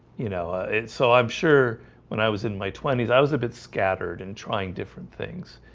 you know ah it's so i'm sure when i was in my twenty s. i was a bit scattered and trying different things